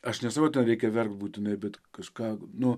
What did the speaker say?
aš nesakau ten reikia verkt būtinai bet kažką nu